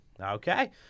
Okay